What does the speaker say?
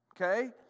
Okay